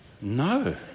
No